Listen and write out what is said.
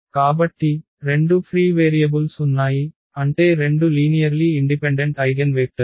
కాబట్టి రెండు free variables ఉన్నాయి అంటే 2 లీనియర్లీ ఇండిపెండెంట్ ఐగెన్వేక్టర్లు